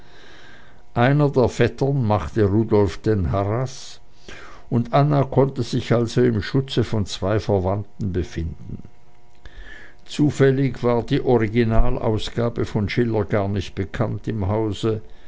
einer der vettern machte rudolf den harras und anna konnte also sich im schutze von zwei verwandten befinden zufällig war die originalausgabe von schiller gar nicht bekannt im hause